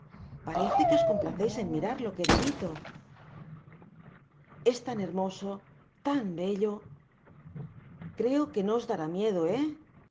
parece que os complaceis en mirarlo queridito es tan hermoso tan bello creo que no os dará miedo he